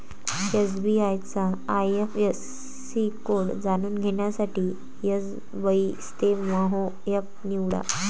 SBI चा IFSC code जाणून घेण्यासाठी एसबइस्तेमहो एप निवडा